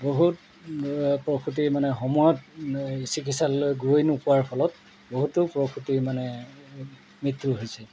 বহুত প্ৰসূতিৰ মানে সময়ত চিকিৎসালয়লৈ গৈ নোপোৱাৰ ফলত বহুতো প্ৰসূতি মানে মৃত্যু হৈছে